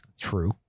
True